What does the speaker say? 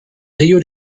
rio